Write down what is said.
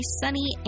sunny